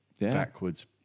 backwards